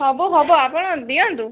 ସବୁ ହେବ ଆପଣ ଦିଅନ୍ତୁ